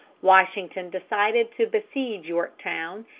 washington decided to besiege yorktown,